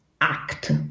act